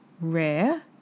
rare